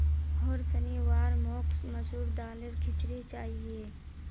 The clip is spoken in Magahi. होर शनिवार मोक मसूर दालेर खिचड़ी चाहिए